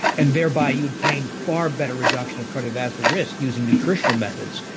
and thereby you obtain far better reduction of cardiovascular risk using nutritional methods.